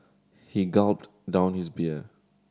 he gulped down his beer